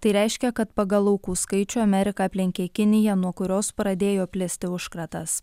tai reiškia kad pagal aukų skaičių amerika aplenkė kiniją nuo kurios pradėjo plisti užkratas